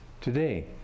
today